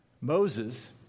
Moses